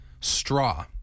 straw